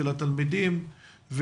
של התלמידים,